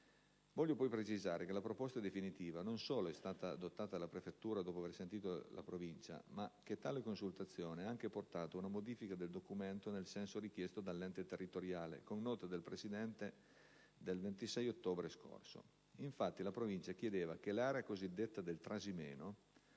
Voglio poi precisare che la proposta definitiva non solo è stata adottata dalla prefettura dopo aver sentito la Provincia, ma che tale consultazione ha anche portato a una modifica del documento nel senso richiesto dall'ente territoriale, con nota del presidente del 26 ottobre scorso. Infatti, la Provincia chiedeva che l'area cosiddetta del Trasimeno